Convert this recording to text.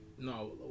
No